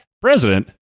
President